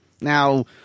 Now